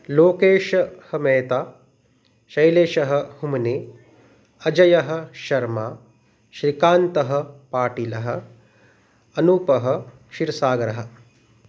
लोकेशः मेह्ता शैलेशः हुमने अजयः शर्मा श्रीकान्तः पाटिलः अनूपः शिर्सागरः